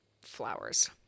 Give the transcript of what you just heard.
flowers